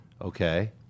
Okay